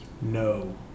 No